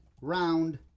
round